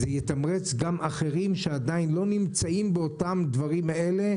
זה יתמרץ גם אחרים שעדיין לא נמצאים באותם הדברים האלה,